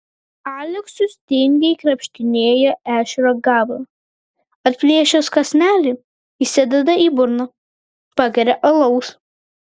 aleksius tingiai krapštinėja ešerio gabalą atplėšęs kąsnelį įsideda į burną pageria alaus